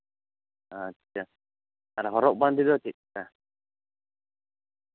ᱟᱪᱪᱷᱟ ᱟᱨ ᱦᱚᱨᱚᱜ ᱵᱟᱸᱫᱮ ᱫᱚ ᱪᱮᱫᱞᱮᱠᱟ